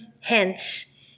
hence